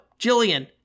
Jillian